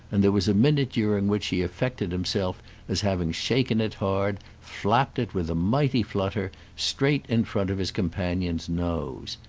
and there was a minute during which he affected himself as having shaken it hard, flapped it with a mighty flutter, straight in front of his companion's nose.